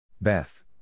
Beth